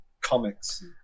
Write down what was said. comics